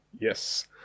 Yes